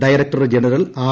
director general R